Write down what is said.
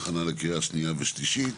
הכנה לקריאה שנייה ושלישית.